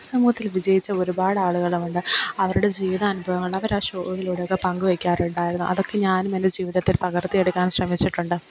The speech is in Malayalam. സമൂഹത്തിൽ വിജയിച്ച ഒരുപാട് ആളുകളുമുണ്ട് അവരുടെ ജീവിതാനുഭവങ്ങൾ അവർ ആ ഷോവിലൂടെയൊക്കെ പങ്കുവെക്കാറുണ്ടായിരുന്നു അതൊക്കെ ഞാനും എൻ്റെ ജീവിതത്തിൽ പകർത്തിയെടുക്കാൻ ശ്രമിച്ചിട്ടുണ്ട്